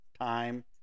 time